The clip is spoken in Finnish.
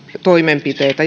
toimenpiteitä